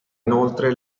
inoltre